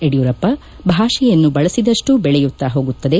ಯಡಿಯೂರಪ್ಪ ಭಾಷೆಯನ್ನು ಬಳಸಿದಷ್ಟು ಬೆಳೆಯುತ್ತಾ ಹೋಗುತ್ತದೆ